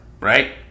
right